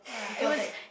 he call back